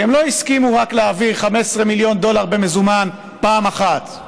כי הם לא הסכימו להעביר רק 15 מיליון דולר במזומן פעם אחת.